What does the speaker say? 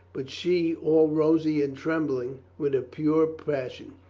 but she, all rosy and trembling with a pure passion,